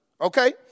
Okay